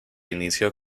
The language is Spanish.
inició